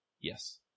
Yes